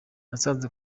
nasanze